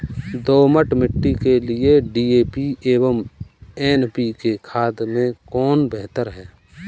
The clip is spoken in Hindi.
दोमट मिट्टी के लिए डी.ए.पी एवं एन.पी.के खाद में कौन बेहतर है?